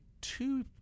two-